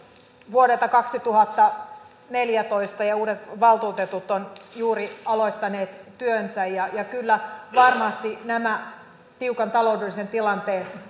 vuodelta kaksituhattaneljätoista ja ja uudet valtuutetut ovat juuri aloittaneet työnsä ja kyllä varmasti nämä tiukan taloudellisen tilanteen